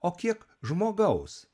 o kiek žmogaus